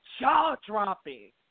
jaw-dropping